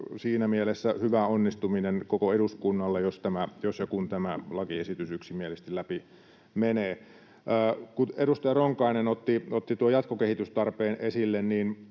siinä mielessä hyvä onnistuminen koko eduskunnalle, jos ja kun tämä lakiesitys yksimielisesti läpi menee. Kun edustaja Ronkainen otti tuon jatkokehitystarpeen esille,